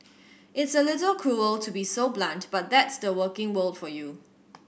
it's a little cruel to be so blunt but that's the working world for you